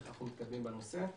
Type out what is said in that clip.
איך אנחנו מתקדמים בנושא.